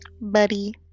buddy